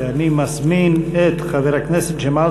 אני מזמין את חבר הכנסת ג'מאל